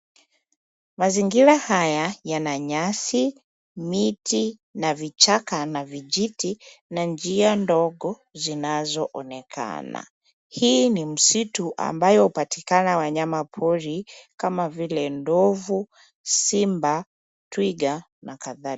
Mazingira haya yana nyasi miti na vichaka na vijiti na njia ndogo zinazoonekana hii ni msitu ambayo hupatikana wanyama pori kama vile ndovu simba twiga na kadhalika